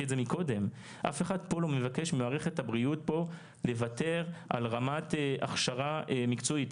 אף אחד לא מבקש ממערכת הבריאות פה לוותר על רמת הכשרה מקצועית.